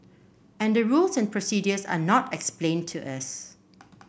and the rules and procedures are not explained to us